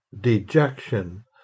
dejection